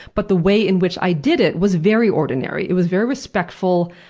but the way in which i did it was very ordinary it was very respectful,